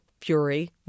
fury